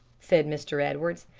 said mr. edwards.